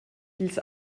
dils